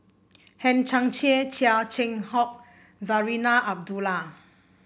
Hang Chang Chieh Chia Keng Hock Zarinah Abdullah